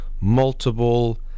multiple